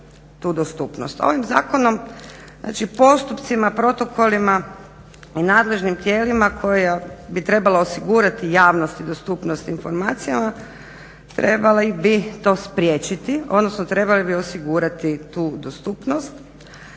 Ovim zakonom, znači postupcima, protokolima i nadležnim tijelima koja bi trebala osigurati javnost i dostupnost informacijama trebali bi to spriječiti, odnosno trebali bi osigurati tu dostupnosti.